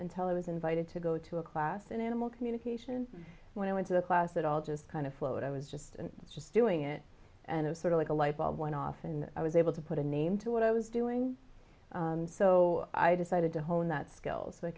until i was invited to go to a class in animal communication when i went to the class it all just kind of flowed i was just and just doing it and sort of like a light bulb went off and i was able to put a name to what i was doing so i decided to hone that skills